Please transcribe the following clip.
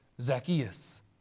Zacchaeus